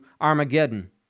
Armageddon